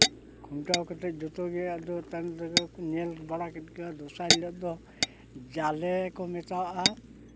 ᱠᱷᱩᱱᱴᱟᱹᱣ ᱠᱟᱛᱮ ᱡᱛᱚᱜᱮ ᱟᱫᱚ ᱪᱮᱛᱟᱱ ᱪᱮᱛᱟᱱ ᱧᱮᱞ ᱵᱟᱲᱟ ᱠᱮᱜ ᱜᱮ ᱫᱚᱥᱟᱨ ᱦᱤᱞᱳᱜ ᱫᱚ ᱡᱟᱞᱮ ᱠᱚ ᱢᱮᱛᱟᱣᱟᱜᱼᱟ